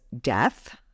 death